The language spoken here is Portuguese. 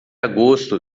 agosto